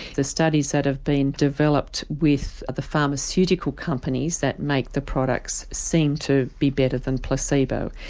the studies that have been developed with the pharmaceutical companies that make the products seem to be better than placebo.